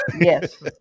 Yes